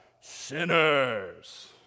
Sinners